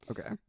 Okay